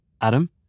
Adam